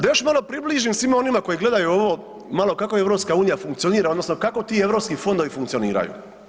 A da još malo približim svima onima koji gledaju ovo malo kako EU funkcionira odnosno kako ti Europski fondovi funkcioniraju.